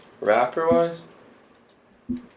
Rapper-wise